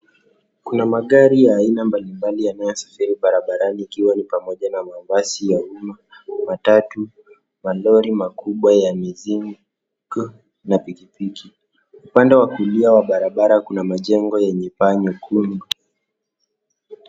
Kuna magari ya aina mbalimbali yanayosafiri barabarani ikiwa ni pamoja na mabasi ya umma, matatu, malori makubwa ya mizigo na pikipiki. Upande wa kulia wa barabara kuna majengo yenye paa nyekundu.